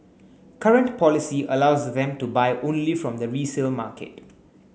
current policy allows them to buy only from the resale market